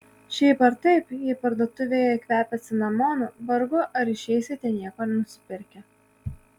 šiaip ar taip jei parduotuvėje kvepia cinamonu vargu ar išeisite nieko nenusipirkę